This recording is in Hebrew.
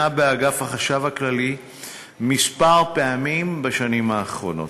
באגף החשב הכללי כמה פעמים בשנים האחרונות.